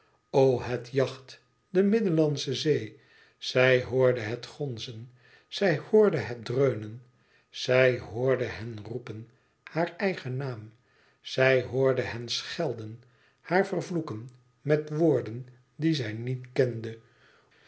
het yacht de middellandsche zee zij hoorde het gonzen zij hoorde het dreunen zij hoorde hen roepen haar eigen naam zij hoorde hen schelden haar vervloeken met woorden die zij niet kende